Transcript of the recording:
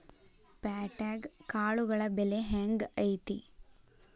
ಪ್ಯಾಟ್ಯಾಗ್ ಕಾಳುಗಳ ಬೆಲೆ ಹೆಂಗ್ ಐತಿ?